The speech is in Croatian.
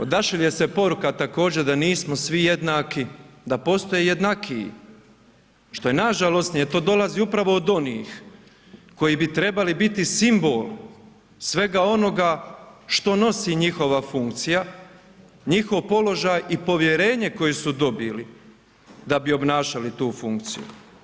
Odašilje se poruka također da nismo svi jednaki, da postoje jednakiji što je najžalosnije i to dolazi upravo od onih koji bi trebali biti simbol svega onoga što nosi njihova funkcija, njihov položaj i povjerenje koje su dobili da bi obnašali tu funkciju.